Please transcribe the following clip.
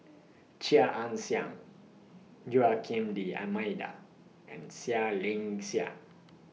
Chia Ann Siang Joaquim D'almeida and Seah Liang Seah